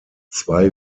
zwei